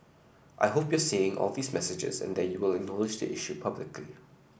I hope you're seeing all these messages and that you will acknowledge the issue publicly